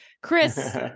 Chris